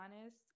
honest